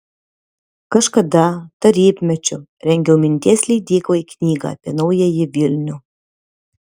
kažkada tarybmečiu rengiau minties leidyklai knygą apie naująjį vilnių